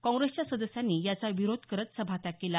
काँग्रेसच्या सदस्यांनी याचा विरोध करत सभात्याग केला